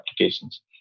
applications